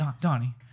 Donnie